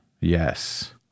Yes